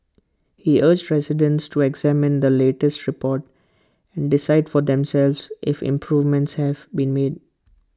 he urged residents to examine the latest report and decide for themselves if improvements have been made